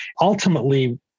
Ultimately